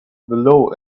below